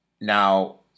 Now